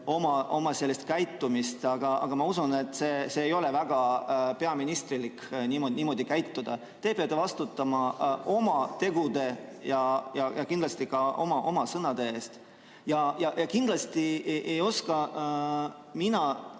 oma käitumist, aga ma usun, et ei ole väga peaministerlik niimoodi käituda. Te peate vastutama oma tegude ja kindlasti ka oma sõnade eest. Kindlasti ei saa mina